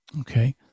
Okay